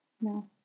No